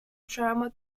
trauma